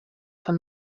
for